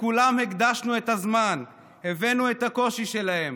לכולם הקדשנו את הזמן, הבאנו את הקושי שלהם.